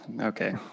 okay